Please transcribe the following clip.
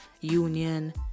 union